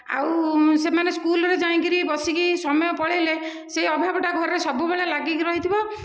ଆଉ ସେମାନେ ସ୍କୁଲରେ ଯାଇକିରି ବସିକି ସମୟ ପଳେଇଲେ ସେ ଅଭାବଟା ଘରେ ସବୁବେଳେ ଲାଗିକି ରହିଥିବ